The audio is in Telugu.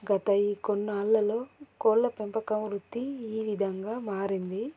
గత ఈ కొన్నాళ్ళలో కోళ్ళ పెంపకం వృత్తి ఈ విధంగా మారింది